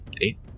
Eight